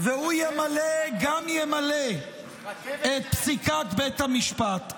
והוא ימלא גם ימלא את פסיקת בית המשפט.